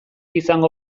izango